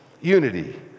unity